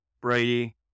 Brady